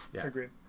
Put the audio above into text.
Agreed